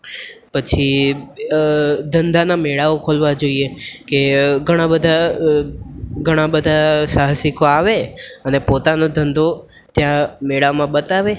પછી ધંધાના મેળાઓ ખોલવા જોઈએ કે ઘણા બધા ઘણા બધા સાહસિકો આવે અને પોતાનો ધંધો ત્યાં મેળામાં બતાવે